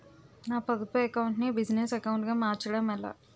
నా పొదుపు అకౌంట్ నీ బిజినెస్ అకౌంట్ గా మార్చడం ఎలా?